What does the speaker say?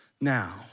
now